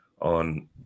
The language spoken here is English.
on